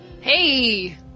Hey